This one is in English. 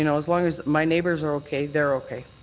you know as long as my neighbours are okay, they're okay.